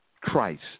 Christ